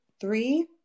three